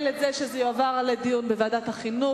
מקבל שזה יועבר לדיון בוועדת החינוך,